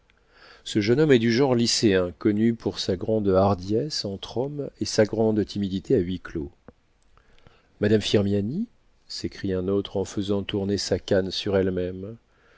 ce jeune homme est du genre lycéen connu pour sa grande hardiesse entre hommes et sa grande timidité à huis-clos madame firmiani s'écrie un autre en faisant tourner sa canne sur elle-même